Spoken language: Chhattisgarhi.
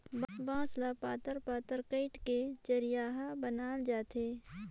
बांस ल पातर पातर काएट के चरहिया बनाल जाथे